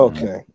Okay